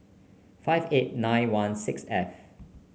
five eight nine one six F